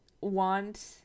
want